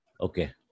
okay